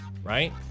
Right